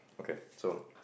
can so